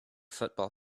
football